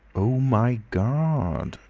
oh, my gard!